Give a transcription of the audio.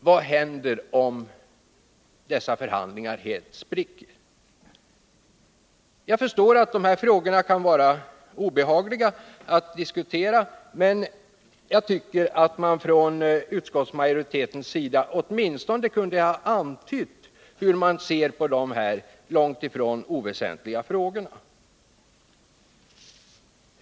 Vad händer om dessa förhandlingar helt spricker? Jag förstår att dessa frågor kan vara obehagliga att diskutera, men jag tycker att man från majoritetens sida åtminstone kunde ha antytt hur man ser på dessa långt ifrån oväsentliga frågor.